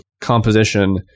composition